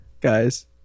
guys